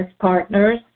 partners